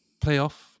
playoff